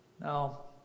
Now